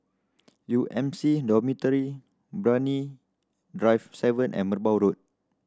U M C Dormitory Brani Drive Seven and Merbau Road